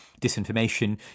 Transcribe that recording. disinformation